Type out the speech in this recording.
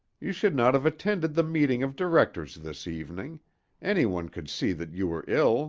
you should not have attended the meeting of directors this evening any one could see that you were ill